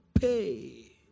Pay